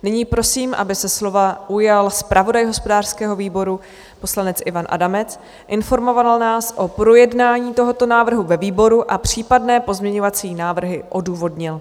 Nyní prosím, aby se slova ujal zpravodaj hospodářského výboru poslanec Ivan Adamec, informoval nás o projednání tohoto návrhu ve výboru a případné pozměňovací návrhy odůvodnil.